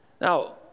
Now